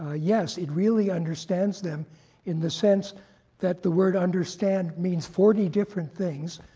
ah yes, it really understands them in the sense that the word understand means forty different things,